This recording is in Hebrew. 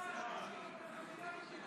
חברי הכנסת, נא לשבת.